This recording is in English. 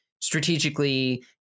strategically